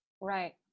Right